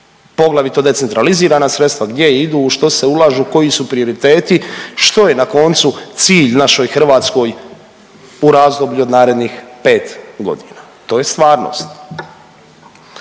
poglavito decentralizirana sredstva, gdje idu, u što se ulažu, koji su prioriteti, što je, na koncu, cilj našoj Hrvatskoj u razdoblju od narednih 5 godina. To je stvarnost.